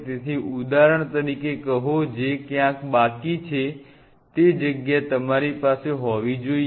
તેથી ઉદાહરણ તરીકે કહો જે ક્યાંક બાકી છે તે જગ્યા તમારી પાસે હોવી જોઈએ